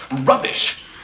rubbish